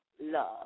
Love